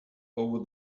over